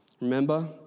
Remember